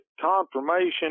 confirmation